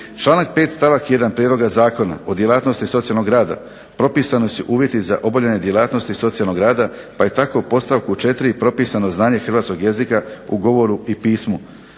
Članak 5. stavak 1. prijedloga Zakona o djelatnosti socijalnog rada propisani su uvjeti za obavljanje djelatnosti socijalnog rada, pa je tako u podstavku 4. propisano znanje hrvatskog jezika u govoru i pismu,